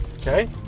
Okay